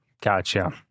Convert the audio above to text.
Gotcha